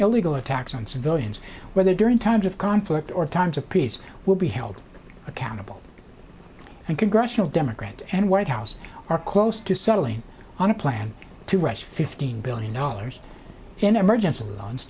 illegal attacks on civilians whether during times of conflict or times of peace will be held accountable and congressional democrats and white house are close to settling on a plan to rest fifteen billion dollars in emergency loans